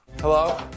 Hello